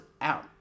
out